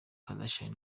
kardashian